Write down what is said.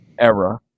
era